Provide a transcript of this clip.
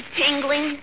tingling